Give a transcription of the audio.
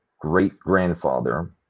great-grandfather